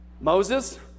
Moses